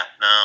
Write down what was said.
no